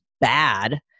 bad